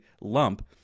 lump